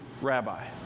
rabbi